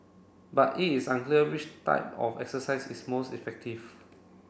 but it's unclear which type of exercise is most effective